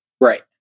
right